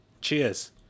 Cheers